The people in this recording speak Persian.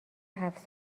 هفت